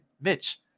mitch